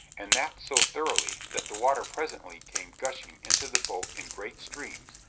and that so thoroughly that the water presently came gushing into the boat in great streams,